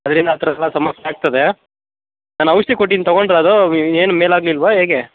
ಅದರಿಂದ ಆ ಥರಗಳ ಸಮಸ್ಯೆ ಆಗ್ತದೆ ನಾನು ಔಷಧಿ ಕೊಟ್ಟಿನಿ ತಗೊಂಡ್ರಾ ಅದು ವಿ ಏನು ಮೇಲೆ ಆಗಿಲ್ವಾ ಹೇಗೆ